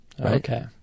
Okay